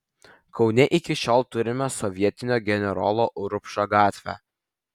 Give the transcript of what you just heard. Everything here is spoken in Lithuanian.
kaune iki šiol turime sovietinio generolo urbšo gatvę